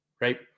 Right